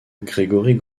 grégory